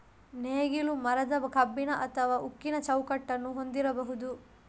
ನೇಗಿಲು ಮರದ, ಕಬ್ಬಿಣ ಅಥವಾ ಉಕ್ಕಿನ ಚೌಕಟ್ಟನ್ನು ಹೊಂದಿರಬಹುದು